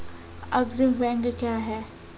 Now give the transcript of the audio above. अग्रणी बैंक क्या हैं?